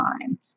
time